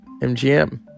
MGM